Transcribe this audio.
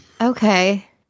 Okay